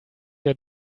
your